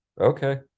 Okay